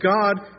God